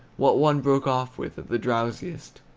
what one broke off with at the drowsiest?